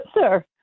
sir